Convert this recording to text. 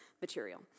material